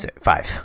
five